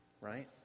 right